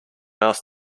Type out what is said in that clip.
else